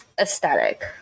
aesthetic